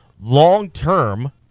long-term